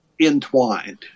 entwined